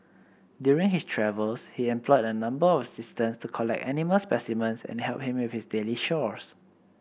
during his travels he employed a number of assistants to collect animal specimens and help him with his daily chores